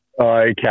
Okay